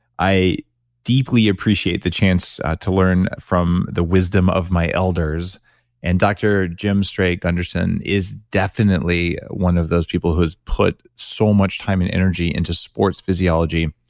i deeply appreciate the chance to learn from the wisdom of my elders and dr. jim stray-gunderson is definitely one of those people who has put so much time and energy into sports physiology,